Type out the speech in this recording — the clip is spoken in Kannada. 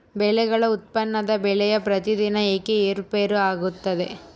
ಬೆಳೆಗಳ ಉತ್ಪನ್ನದ ಬೆಲೆಯು ಪ್ರತಿದಿನ ಏಕೆ ಏರುಪೇರು ಆಗುತ್ತದೆ?